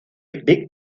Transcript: big